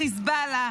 חיזבאללה,